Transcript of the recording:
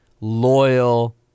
loyal